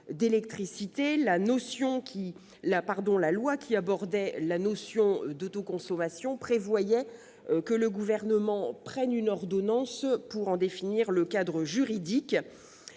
La loi qui abordait la notion d'autoconsommation prévoyait que le Gouvernement prenne une ordonnance pour en définir le cadre juridique.